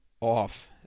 off